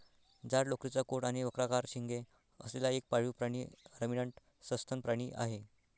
जाड लोकरीचा कोट आणि वक्राकार शिंगे असलेला एक पाळीव प्राणी रमिनंट सस्तन प्राणी आहे